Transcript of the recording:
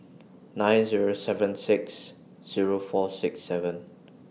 nine Zero seven six Zero four six seven